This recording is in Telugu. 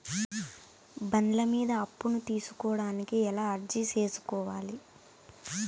బండ్ల మీద అప్పును తీసుకోడానికి ఎలా అర్జీ సేసుకోవాలి?